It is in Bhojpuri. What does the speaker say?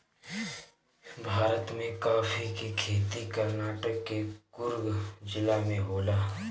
भारत में काफी के खेती कर्नाटक के कुर्ग जिला में होला